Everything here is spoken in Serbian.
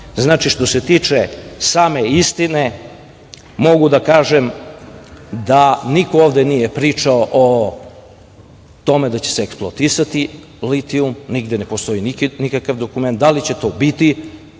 Znači, što se tiče same istine, mogu da kažem da niko ovde nije pričao o tome da će se eksploatisati litijum. Nigde ne postoji nikakav dokument. Da li će to biti,